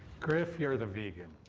griff, you're the vegan.